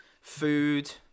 food